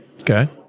Okay